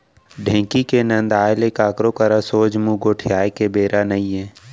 ढेंकी के नंदाय ले काकरो करा सोझ मुंह गोठियाय के बेरा नइये